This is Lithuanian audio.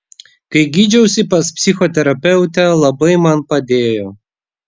kai gydžiausi pas psichoterapeutę labai man padėjo